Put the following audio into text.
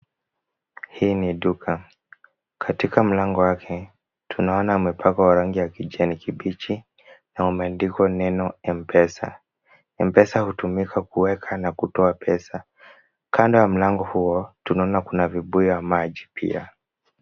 Hii ni duka katika mlango wake, tunaona imepakwa rangi ya kijani kibichi na umeandikwa neno M-pesa, M-pesa hutumika kuweka na kutoa pesa . Kando ya mlango huo tunaona kuna vibuyu vya maji pia.